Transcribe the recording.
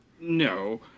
no